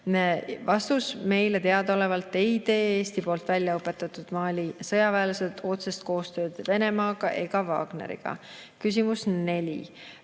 Vastus. Meile teadaolevalt ei tee Eesti poolt välja õpetatud Mali sõjaväelased otsest koostööd Venemaa ega Wagneriga. Küsimus nr